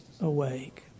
awake